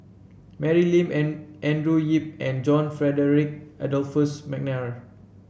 Mary Lim An Andrew Yip and John Frederick Adolphus McNair